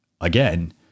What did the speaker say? again